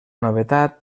novetat